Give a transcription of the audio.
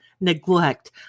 Neglect